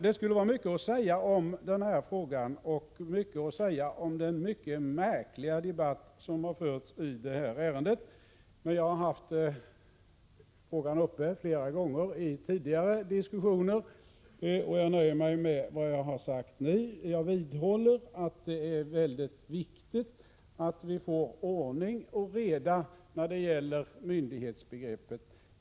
Det finns mycket att säga i denna fråga, liksom också om den mycket märkliga debatt som har förts, men eftersom jag har haft uppe frågan i flera tidigare diskussioner, nöjer jag mig med vad jag nu har sagt. Jag vidhåller att det är mycket viktigt att vi får ordning och reda när det gäller myndighetsbegreppet.